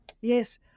Yes